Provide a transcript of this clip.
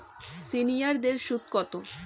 সিনিয়ারদের সুদ কত?